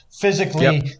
physically